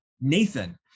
Nathan